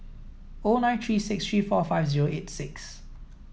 O nine three six three four five zero eight six